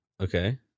Okay